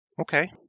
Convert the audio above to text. Okay